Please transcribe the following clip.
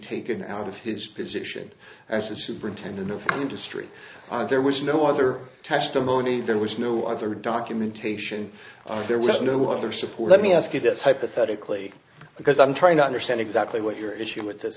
taken out of his position as a superintendent of industry there was no other testimony there was no other documentation there was no other support let me ask you this hypothetically because i'm trying to understand exactly what your issue with th